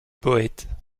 poète